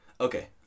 Okay